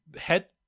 head